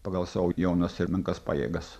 pagal savo jaunas ir menkas pajėgas